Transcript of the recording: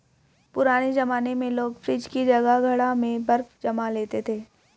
पुराने जमाने में लोग फ्रिज की जगह घड़ा में बर्फ जमा लेते थे